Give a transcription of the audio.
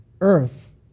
earth